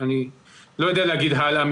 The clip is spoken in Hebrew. אני לא יודע לומר מה הלאה.